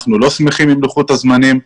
אנחנו לא שמחים עם לוחות הזמנים,